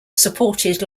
supported